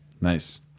Nice